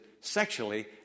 sexually